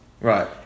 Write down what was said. Right